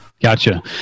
Gotcha